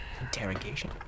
Interrogation